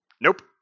Nope